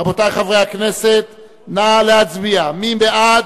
רבותי חברי הכנסת, נא להצביע, מי בעד?